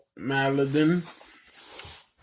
maladin